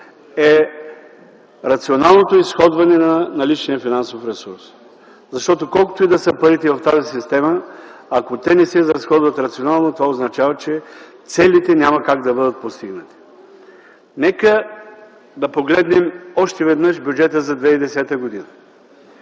е рационалното изразходване на наличния финансов ресурс. Колкото и да са парите в тази система, ако те не се изразходват рационално, това означава, че целите няма как да бъдат постигнати. Нека да погледнем още веднъж бюджета за 2010 г.